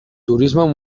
turismo